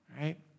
right